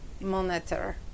monitor